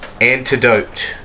Antidote